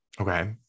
Okay